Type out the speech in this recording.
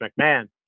McMahon